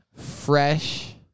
Fresh